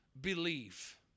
believe